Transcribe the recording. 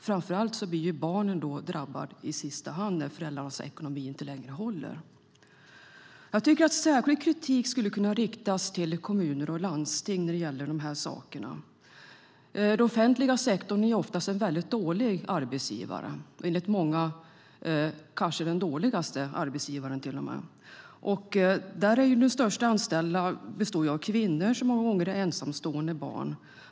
Framför allt blir barnen drabbade när föräldrarnas ekonomi inte längre håller. Jag tycker att särskild kritik skulle kunna riktas mot kommuner och landsting när det gäller detta. Den offentliga sektorn är oftast en väldigt dålig arbetsgivare, enligt många kanske den till och med sämsta. Den största delen anställda där består av kvinnor som många gånger är ensamstående med barn.